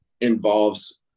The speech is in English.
involves